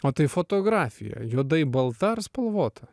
o tai fotografija juodai balta ar spalvota